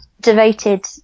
devoted